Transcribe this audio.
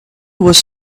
was